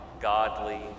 godly